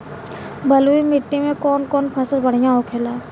बलुई मिट्टी में कौन कौन फसल बढ़ियां होखेला?